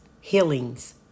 healings